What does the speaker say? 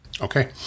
Okay